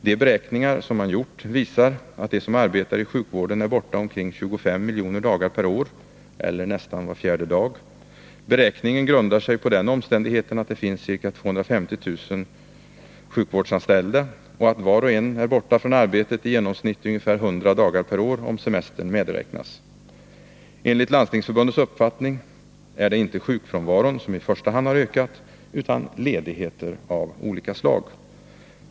De beräkningar som man gjort visar att de som arbetar i sjukvården är borta omkring 25 miljoner dagar per år eller nästan var fjärde dag. Beräkningen grundar sig på den omständigheten att det finns ca 250 000 sjukvårdsanställda och att var och en är borta från arbetet i genomsnitt ungefär 100 dagar per år om semestern medräknas. Enligt Landstingsförbundets uppfattning är det inte sjukfrånvaron som i första hand har ökat utan ledigheter av olika slag.